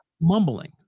mumbling